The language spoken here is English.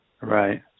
Right